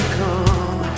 come